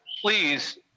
please